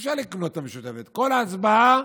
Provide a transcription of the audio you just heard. אי-אפשר לקנות את המשותפת, כל הצבעה